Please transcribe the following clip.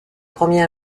premier